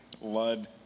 Lud